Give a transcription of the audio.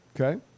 Okay